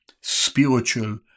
spiritual